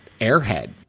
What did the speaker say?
airhead